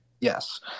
Yes